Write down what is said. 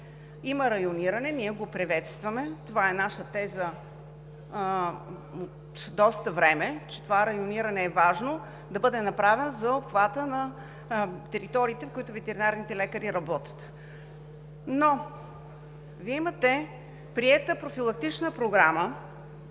Има райониране, ние го приветстваме, това е наша теза от доста време – че това райониране е важно да бъде направено за обхвата на териториите, в които ветеринарните лекари работят. Но Вие имате приета профилактична програма